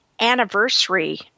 anniversary